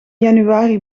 januari